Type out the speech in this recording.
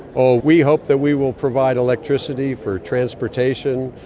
ah we hope that we will provide electricity for transportation,